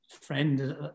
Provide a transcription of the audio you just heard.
friend